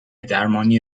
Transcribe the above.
درمانی